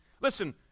Listen